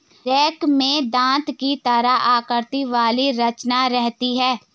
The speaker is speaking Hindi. रेक में दाँत की तरह आकृति वाली रचना रहती है